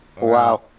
Wow